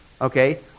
okay